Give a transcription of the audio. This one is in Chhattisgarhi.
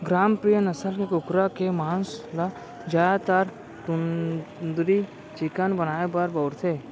ग्रामप्रिया नसल के कुकरा के मांस ल जादातर तंदूरी चिकन बनाए बर बउरथे